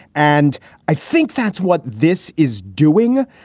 and i think that's what this is doing.